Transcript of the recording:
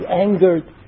angered